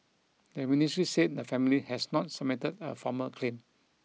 the ministry said the family has not submitted a formal claim